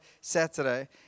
Saturday